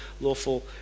lawful